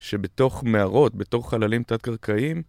שבתוך מערות, בתוך חללים תת-קרקעיים